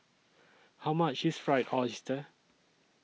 How much IS Fried Oyster